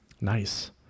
Nice